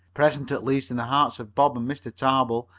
present at least in the hearts of bob and mr. tarbill,